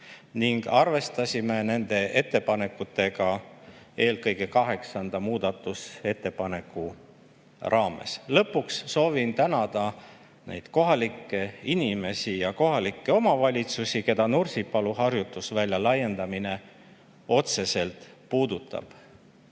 ning arvestasime nende ettepanekutega eelkõige 8. muudatusettepaneku raames. Lõpuks soovin tänada neid kohalikke inimesi ja kohalikke omavalitsusi, keda Nursipalu harjutusvälja laiendamine otseselt puudutab.